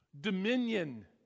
dominion